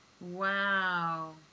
Wow